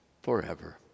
forever